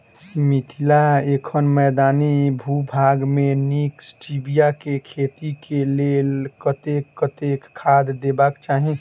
मिथिला एखन मैदानी भूभाग मे नीक स्टीबिया केँ खेती केँ लेल कतेक कतेक खाद देबाक चाहि?